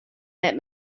that